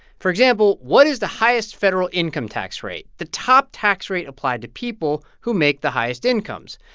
for example, what is the highest federal income tax rate, the top tax rate applied to people who make the highest incomes?